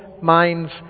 minds